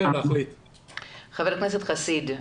חבר הכנסת חסיד,